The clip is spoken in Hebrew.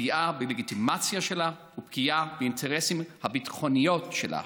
פגיעה בלגיטימציה שלה ופגיעה באינטרסים הביטחוניים שלה.